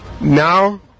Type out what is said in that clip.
Now